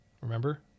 Remember